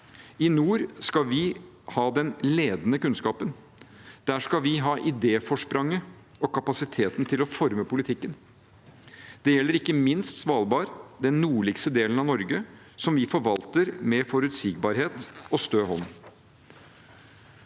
I nord skal vi ha den ledende kunnskapen. Der skal vi ha idéforspranget og kapasiteten til å forme politikken. Det gjelder ikke minst Svalbard, den nordligste delen av Norge, som vi forvalter med forutsigbarhet og stø hånd.